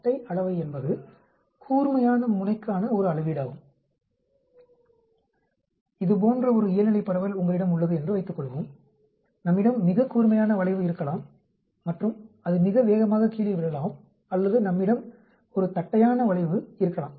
தட்டை அளவை என்பது கூர்மையான முனைக்கான ஒரு அளவீடாகும் இது போன்ற ஒரு இயல்நிலை பரவல் உங்களிடம் உள்ளது என்று வைத்துக்கொள்வோம் நம்மிடம் மிக கூர்மையான வளைவு இருக்கலாம் மற்றும் அது மிக வேகமாக கீழே விழலாம் அல்லது நம்மிடம் ஒரு தட்டையான வளைவு இருக்கலாம்